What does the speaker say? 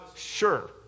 Sure